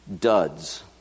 duds